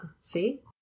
see